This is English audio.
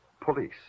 Police